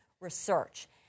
research